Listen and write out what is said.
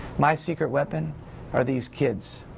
my secret weapon are these kids,